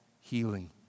healing